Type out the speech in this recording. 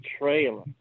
trailer